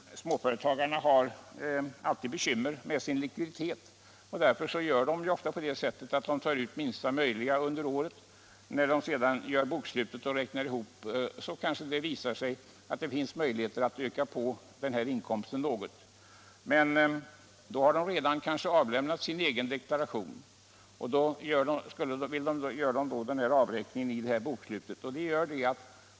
Småföretagarna har ofta bekymmer med sin likviditet. Därför gör de ofta på det sättet att de tar ut minsta möjliga lön under året. När de sedan gör bokslutet och räknar ihop tillgångarna, kanske det visar sig att det finns möjligheter att öka inkomsten något. Men då har de kanske redan avlämnat sin egen deklaration och gör den här avräkningen i bokslutet.